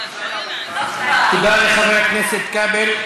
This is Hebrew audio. תודה לחבר הכנסת כבל.